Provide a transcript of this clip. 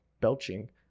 belching